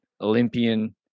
Olympian